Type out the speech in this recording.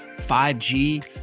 5G